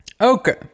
Okay